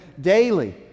Daily